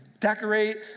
decorate